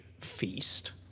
feast